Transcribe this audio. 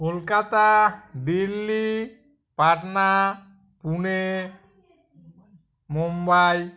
Kolkata Delhi Patna Pune Mumbai